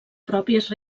pròpies